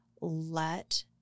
let